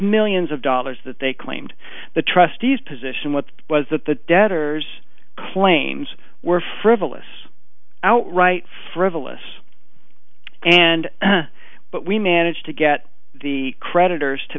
millions of dollars that they claimed the trustees position what was that the debtors claims were frivolous outright frivolous and but we managed to get the creditors to